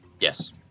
Yes